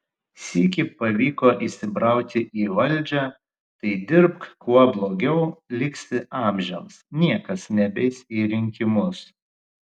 sykį pavyko įsibrauti į valdžią tai dirbk kuo blogiau liksi amžiams niekas nebeis į rinkimus